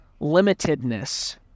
limitedness